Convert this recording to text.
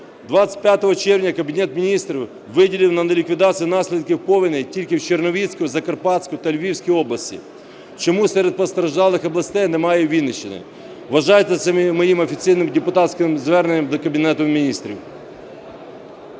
25 червня Кабінет Міністрів виділив на ліквідацію наслідків повеней тільки в Чернівецьку, в Закарпатську та Львівську області. Чому серед постраждалих областей немає Вінниччини? Вважайте це моїм офіційним депутатським зверненням до Кабінету Міністрів.